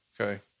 Okay